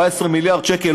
14 מיליארד שקל.